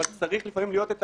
אבל לפעמים צריך להיות האדם